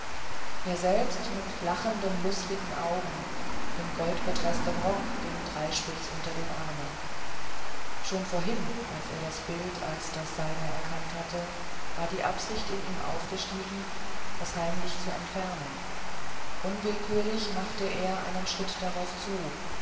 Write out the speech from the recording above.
er selbst mit lachenden lustigen augen in goldbetreßtem rock den dreispitz unter den armen schon vorhin als er das bild als das seinige erkannt hatte war die absicht in ihm aufgestiegen es heimlich zu entfernen unwillkürlich machte er einen schritte darauf zu